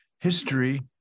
history